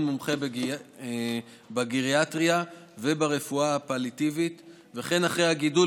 מומחה בגריאטריה וברפואה הפליאטיבית וכן אחרי הגידול